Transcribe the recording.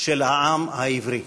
של העם העברי".